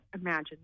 imagine